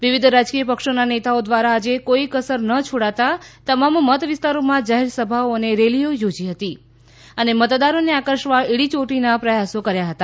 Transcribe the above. વિવિધ રાજકીય પક્ષોના નેતાઓ દ્વારા આજે કોઈ કસર છોડતાં તમામ મત વિસ્તારોમાં જાહેરસભાઓ અને રેલીઓ યોજી હતી અને મતદારોને આકર્ષવાના એડી ચોટીના પ્રયાસો કર્યા હતા